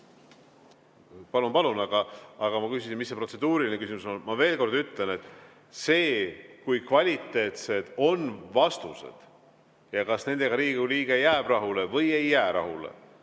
Palun-palun, aga ma küsisin, mis see protseduuriline küsimus on. Ma veel kord ütlen, et see, kui kvaliteetsed on vastused ja kas nendega Riigikogu liige jääb rahule või ei jää rahule,